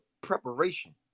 preparation